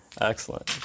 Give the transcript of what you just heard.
Excellent